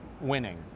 winning